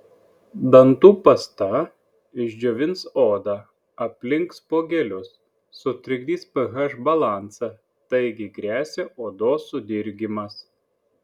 dantų pasta išdžiovins odą aplink spuogelius sutrikdys ph balansą taigi gresia odos sudirgimas